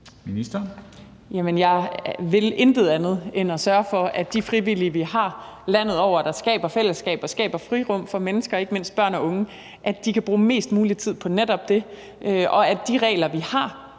Jamen jeg vil intet andet end at sørge for, at de frivillige, vi har landet over, der skaber fællesskaber og skaber frirum for mennesker – ikke mindst børn og unge – kan bruge mest mulig tid på netop det, og at de regler, vi har,